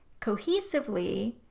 cohesively